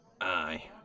Aye